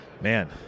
man